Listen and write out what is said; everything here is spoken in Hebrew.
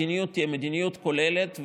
שבה המדיניות תהיה מדיניות כוללת,